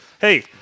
hey